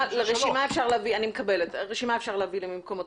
זה שונה מהישובים היהודים.